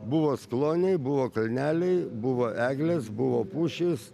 buvo kloniai buvo kalneliai buvo eglės buvo pušys